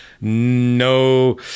no